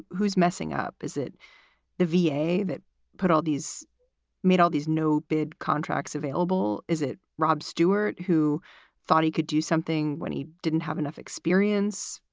who's messing up? is it the v a. that put all these made all these no bid contracts available? is it rob stewart who thought he could do something when he didn't have enough experience?